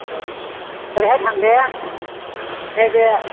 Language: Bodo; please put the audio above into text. औ ओरैहाय थांजाया नैबे